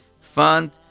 fund